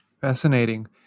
Fascinating